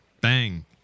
bang